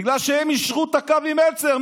בגלל שהם יישרו קו עם מלצר.